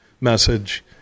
message